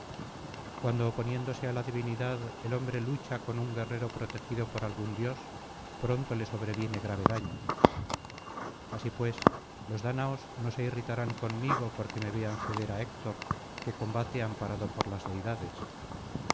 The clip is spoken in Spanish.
cuando oponiéndose á la divinidad el hombre lucha con un guerrero protegido por algún dios pronto le sobreviene grave daño así pues los dáñaos no se irritarán conmigo porque me vean ceder á héctor que combate amparado por las deidades